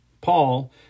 Paul